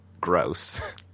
gross